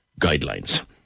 guidelines